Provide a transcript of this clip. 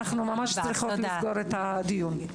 ואנחנו ממש צריכות לסגור את הדיון.